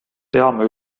peame